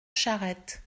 charette